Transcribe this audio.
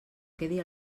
quedi